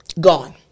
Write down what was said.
gone